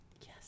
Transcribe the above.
yes